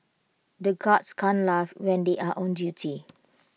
the guards can't laugh when they are on duty